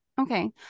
okay